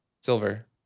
silver